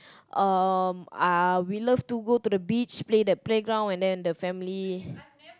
um uh we love to go the beach play the playground and then the family